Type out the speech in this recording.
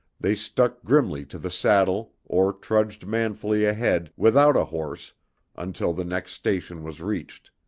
they stuck grimly to the saddle or trudged manfully ahead without a horse until the next station was reached.